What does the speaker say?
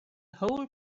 whole